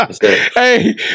Hey